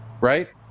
right